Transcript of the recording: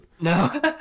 no